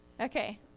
Okay